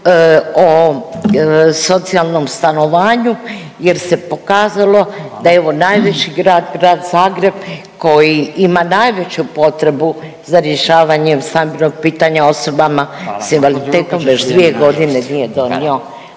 o socijalnom stanovanju jer se pokazalo da evo najveći grad Grad Zagreb koji ima najveću potrebu za rješavanjem stambenog pitanja osobama s invaliditetom…/Upadica Radin: Hvala gđo.